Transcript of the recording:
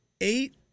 Eight